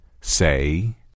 Say